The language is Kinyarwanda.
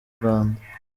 rwanda